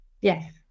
Yes